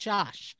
Josh